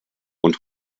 und